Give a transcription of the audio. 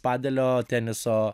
padėlio teniso